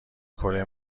کره